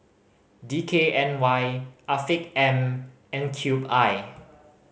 D K N Y Afiq M and Cube I